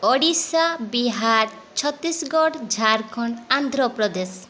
Odisha Bihar Chhattisgarh Jharkhand Andhra Pradesh